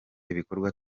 ibikorwa